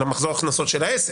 אלא מחזור הכנסות של העסק.